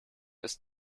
ist